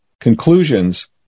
conclusions